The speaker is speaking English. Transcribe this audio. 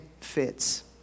fits